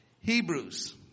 Hebrews